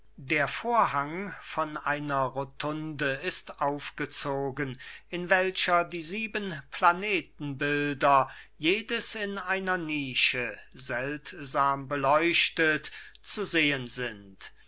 der vorhang von einer rotunde ist aufgezogen in welcher die sieben planetenbilder jedes in einer nische seltsam beleuchtet zu sehen sind